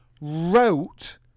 wrote